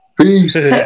Peace